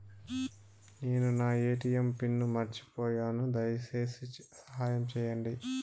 నేను నా ATM pin మర్చిపోయాను, దయచేసి సహాయం చేయండి